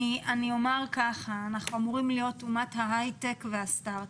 אנחנו אמורים להיות אומת ההייטק והסטרט-אפ.